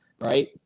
right